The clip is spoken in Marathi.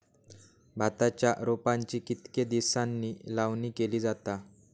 भाताच्या रोपांची कितके दिसांनी लावणी केली जाता?